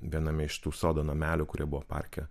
viename iš tų sodo namelių kurie buvo parke